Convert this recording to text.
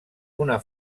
una